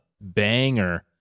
banger